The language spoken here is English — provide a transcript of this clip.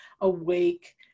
awake